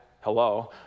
Hello